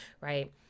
Right